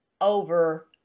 over